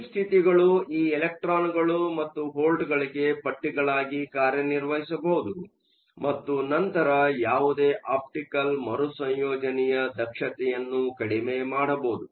deep ಸ್ಥಿತಿಗಳು ಈ ಎಲೆಕ್ಟ್ರಾನ್ಗಳು ಮತ್ತು ವೋಲ್ಟ್ಗಳಿಗೆ ಪಟ್ಟಿಗಳಾಗಿ ಕಾರ್ಯನಿರ್ವಹಿಸಬಹುದು ಮತ್ತು ನಂತರ ಯಾವುದೇ ಆಪ್ಟಿಕಲ್ ಮರುಸಂಯೋಜನೆಯ ದಕ್ಷತೆಯನ್ನು ಕಡಿಮೆ ಮಾಡಬಹುದು